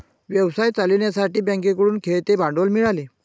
व्यवसाय चालवण्यासाठी बँकेकडून खेळते भांडवल मिळाले